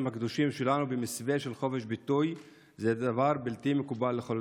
הקדושים שלנו במסווה של חופש ביטוי הוא דבר בלתי מקובל לחלוטין.